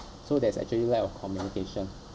so there's actually lack of communication